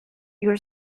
your